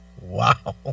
Wow